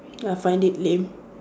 I find it lame